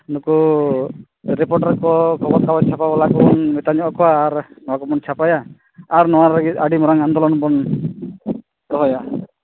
ᱱᱩᱠᱩ ᱨᱤᱯᱳᱴᱟᱨ ᱠᱚ ᱠᱟᱜᱚᱡᱽ ᱠᱚᱨᱮ ᱪᱷᱟᱯᱟ ᱵᱟᱰᱟ ᱠᱚ ᱵᱚᱱ ᱢᱮᱛᱟ ᱧᱚᱜᱼᱟᱠᱚᱣᱟ ᱟᱨ ᱱᱚᱣᱟ ᱠᱚᱵᱚᱱ ᱪᱷᱟᱯᱟᱭᱟ ᱟᱨ ᱱᱚᱣᱟ ᱞᱟᱹᱜᱤᱫ ᱟᱹᱰᱤ ᱢᱟᱨᱟᱝ ᱟᱱᱫᱳᱞᱚᱱ ᱵᱚᱱ ᱫᱚᱦᱚᱭᱟ